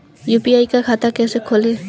UPI का खाता कैसे खोलें?